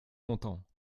longtemps